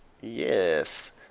yes